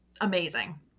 amazing